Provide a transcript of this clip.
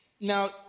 Now